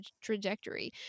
trajectory